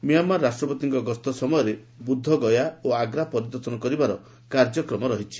Myanmar ରାଷ୍ଟ୍ରପତିଙ୍କ ଗସ୍ତ ସମୟରେ ବୁଦ୍ଧ ଗୟା ଓ ଆଗ୍ରା ପରିଦର୍ଶନ କରିବାର କାର୍ଯ୍ୟକ୍ମ ରହିଛି